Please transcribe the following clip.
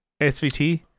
SVT